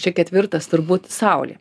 čia ketvirtas turbūt saulė